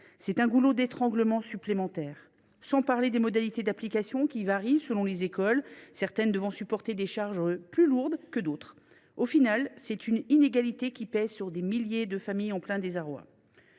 d’un goulot d’étranglement supplémentaire. Et je ne parle pas des modalités d’application, qui varient selon les écoles : certaines doivent en effet supporter des charges plus lourdes que d’autres. Finalement, cette inégalité pèse sur des milliers de familles en plein désarroi.